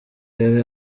yari